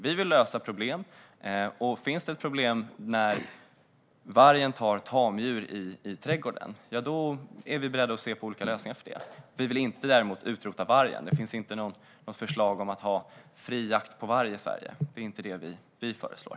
Vi vill lösa problem, och finns det ett problem med att vargen tar tamdjur i trädgårdar är vi beredda att se på olika lösningar på det. Vi vill däremot inte utrota vargen. Det finns inte något förslag om fri jakt på varg i Sverige. Det är inte det vi föreslår.